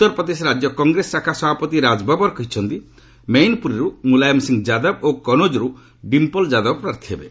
ଉତ୍ତରପ୍ରଦେଶ ରାଜ୍ୟ କଂଗ୍ରେସ ଶାଖା ସଭାପତି ରାଜ ବବର କହିଛନ୍ତି ମୈନ୍ପ୍ରରୀର୍ ମୁଲାୟମ୍ ସିଂହ ଯାଦବ ଓ କନୌଜ୍ରୁ ଡିମ୍ପଲ୍ ଯାଦବ ପ୍ରାର୍ଥୀ ହେବେ